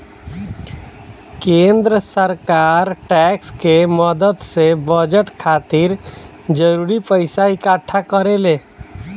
केंद्र सरकार टैक्स के मदद से बजट खातिर जरूरी पइसा इक्कठा करेले